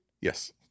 Yes